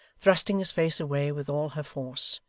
thrusting his face away with all her force,